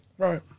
Right